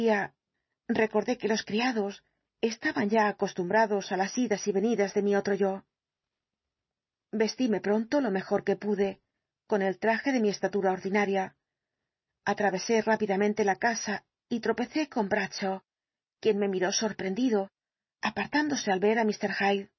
recordé que los criados estaban ya acostumbrados á las idas y venidas de mi otro yo yestíme pronto lo mejor que pude con el traje de mi estatura ordinaria atravesé rápidamente la casa y tropecé con bradshaw quien me miró sorprendido apartándose al ver á